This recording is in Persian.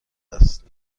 است